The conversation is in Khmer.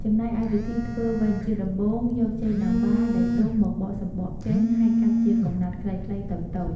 ចំណែកឯវិធីធ្វើវិញ ជាដំបូងយកចេកណាំវ៉ាដែលទុំមកបកសំបកចេញ ហើយកាត់ជាកំណាត់ខ្លីៗតូចៗ។